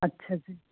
ਅੱਛਾ ਜੀ